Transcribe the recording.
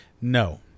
No